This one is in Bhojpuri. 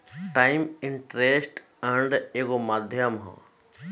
टाइम्स इंटरेस्ट अर्न्ड एगो माध्यम ह